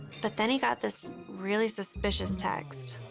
but then he got this really suspicious text.